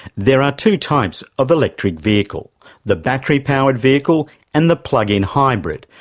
there are two types of electric vehicle the battery powered vehicle and the plug-in hybrid,